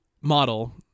model